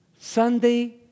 Sunday